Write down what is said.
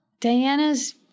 Diana's